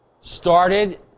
started